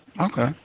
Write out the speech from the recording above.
okay